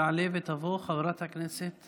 תעלה ותבוא חברת הכנסת